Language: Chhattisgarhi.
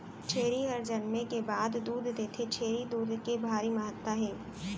छेरी हर जनमे के बाद दूद देथे, छेरी दूद के भारी महत्ता हे